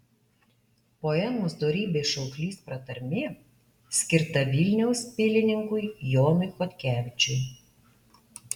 poemos dorybės šauklys pratarmė skirta vilniaus pilininkui jonui chodkevičiui